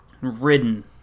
ridden